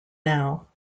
now